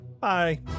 Bye